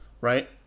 right